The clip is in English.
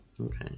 okay